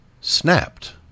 snapped